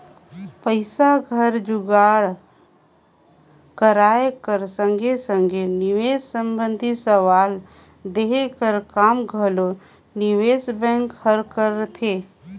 पइसा कर जुगाड़ कराए कर संघे संघे निवेस संबंधी सलाव देहे कर काम घलो निवेस बेंक हर करथे